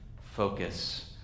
focus